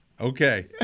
Okay